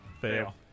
Fail